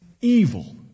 evil